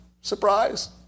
Surprise